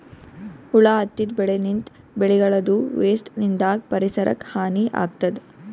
ಹುಳ ಹತ್ತಿದ್ ಬೆಳಿನಿಂತ್, ಬೆಳಿಗಳದೂ ವೇಸ್ಟ್ ನಿಂದಾಗ್ ಪರಿಸರಕ್ಕ್ ಹಾನಿ ಆಗ್ತದ್